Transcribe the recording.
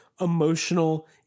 emotional